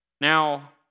Now